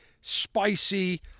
spicy